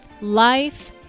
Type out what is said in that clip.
life